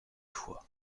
fois